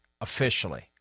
officially